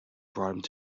brought